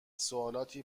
سوالاتی